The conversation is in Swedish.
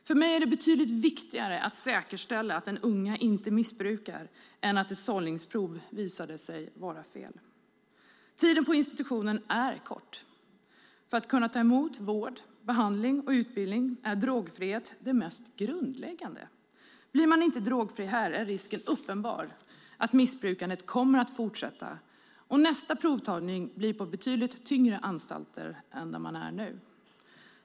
För mig är det betydligt viktigare att säkerställa att den unga inte missbrukar än att ett sållningsprov visade sig vara fel. Tiden på institutionen är kort. För att kunna ta emot vård, behandling och utbildning är drogfrihet det mest grundläggande. Blir man inte drogfri här är risken stor att missbrukandet kommer att fortsätta, och nästa provtagning blir på betydligt tyngre anstalter.